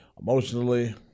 Emotionally